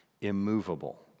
immovable